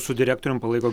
su direktoriumi palaiko